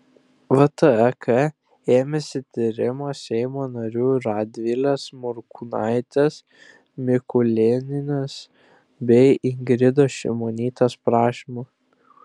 vtek ėmėsi tyrimo seimo narių radvilės morkūnaitės mikulėnienės bei ingridos šimonytės prašymu